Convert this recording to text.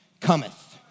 cometh